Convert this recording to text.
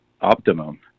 optimum